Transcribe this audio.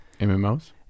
MMOs